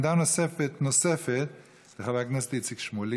עמדה נוספת, של חבר הכנסת איציק שמולי.